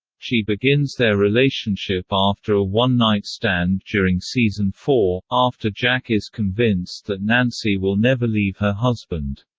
she begins their relationship after a one-night stand during season four, after jack is convinced that nancy will never leave her husband.